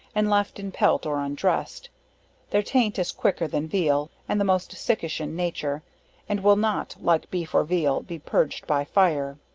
and left in pelt or undressed their taint is quicker than veal, and the most sickish in nature and will not, like beef or veal, be purged by fire.